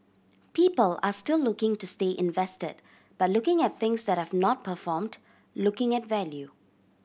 people are still looking to stay invested but looking at things that have not performed looking at value